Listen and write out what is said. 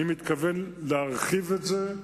אני מתכוון להרחיב את זה,